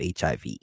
HIV